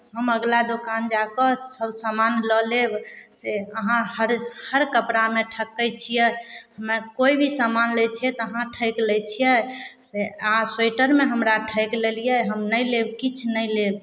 हम अगिला दोकान जा कऽ सभ सामान लऽ लेब से अहाँ हर हर कपड़ामे ठकै छियै हमरा कोइ भी सामान लै छियै से अहाँ ठकि लै छियै से अहाँ स्वेटरमे हमरा ठकि लेलियै हम नहि लेब किछु नहि लेब